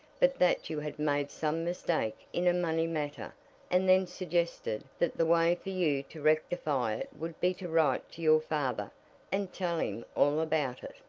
but that you had made some mistake in a money matter and then suggested that the way for you to rectify it would be to write to your father and tell him all about it.